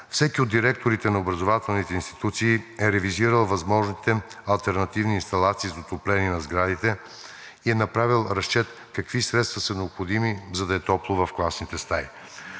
Всеки от директорите на образователните институции е ревизирал възможните алтернативни инсталации за отопление на сградите и е направил разчет какви средства са необходими, за да е топло в класните стаи.